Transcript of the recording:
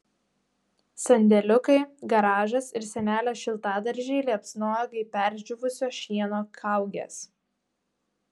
sandėliukai garažas ir senelio šiltadaržiai liepsnojo kaip perdžiūvusio šieno kaugės